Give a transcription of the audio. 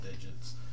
digits